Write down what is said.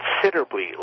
considerably